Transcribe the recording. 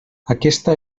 aquesta